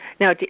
now